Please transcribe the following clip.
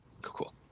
cool